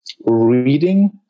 reading